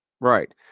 Right